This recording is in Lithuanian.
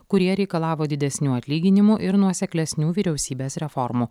kurie reikalavo didesnių atlyginimų ir nuoseklesnių vyriausybės reformų